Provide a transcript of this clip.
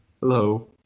Hello